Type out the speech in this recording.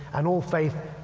and all faiths.